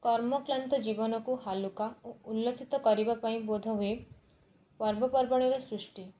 କର୍ମକ୍ଲାନ୍ତ ଜୀବନକୁ ହାଲୁକା ଓ ଉଲ୍ଲସିତ କରିବା ପାଇଁ ବୋଧ ହୁଏ ପର୍ବପର୍ବାଣୀର ସୃଷ୍ଟି